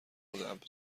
خود